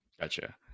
Gotcha